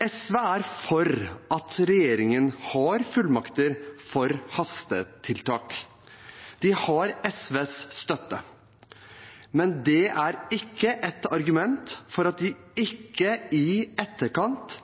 SV er for at regjeringen har fullmakter for hastetiltak. De har SVs støtte, men det er ikke et argument for at de ikke i etterkant